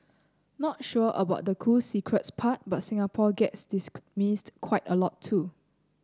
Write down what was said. not sure about the cool secrets part but Singapore gets dismissed quite a lot too